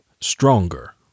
stronger